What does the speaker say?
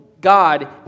God